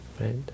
right